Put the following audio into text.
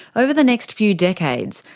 over the next few decades,